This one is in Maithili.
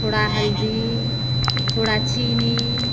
थोड़ा हल्दी थोड़ा चीनी